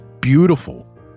beautiful